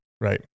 right